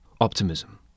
optimism